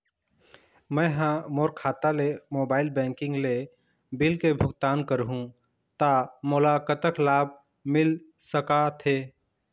मैं हा मोर खाता ले मोबाइल बैंकिंग ले बिल के भुगतान करहूं ता मोला कतक लाभ मिल सका थे?